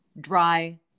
dry